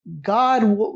God